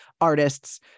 artists